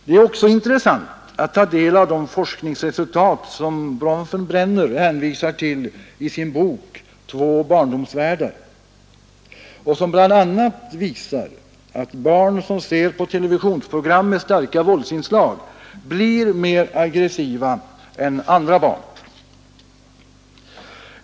Det är också intressant att ta del av de forskningsresultat som Bronfenbrenner hänvisar till i sin bok ”Två barndomsvärldar”, som bl.a. visar att barn som ser på televisionsprogram med starka våldsinslag blir mer aggressiva än andra barn.